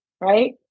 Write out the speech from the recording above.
right